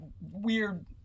weird